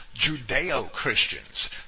Judeo-Christians